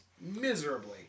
miserably